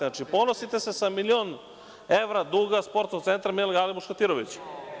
Znači, ponosite se sa milion evra duga Sportskog centra „Milan Gale Muškatirović“